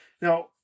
Now